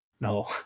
No